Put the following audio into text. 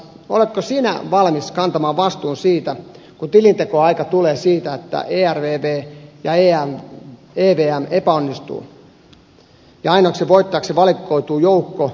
oletko sinä valmis kantamaan vastuun siitä kun tilinteon aika tulee että ervv ja evm epäonnistuvat ja ainoiksi voittajiksi valikoituu joukko eurooppalaisia pankkeja